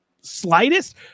slightest